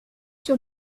sur